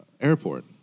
airport